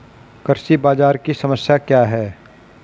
कृषि बाजार की समस्या क्या है?